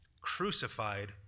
crucified